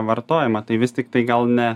vartojimą tai vis tiktai gal ne